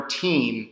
team